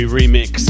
remix